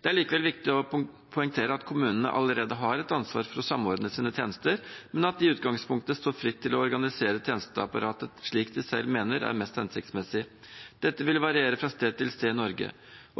Det er likevel viktig å poengtere at kommunene allerede har et ansvar for å samordne sine tjenester, men at de i utgangspunktet står fritt til å organisere tjenesteapparatet slik de selv mener er mest hensiktsmessig. Dette vil variere fra sted til sted i Norge.